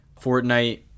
Fortnite